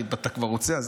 אם אתה כבר רוצה,